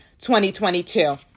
2022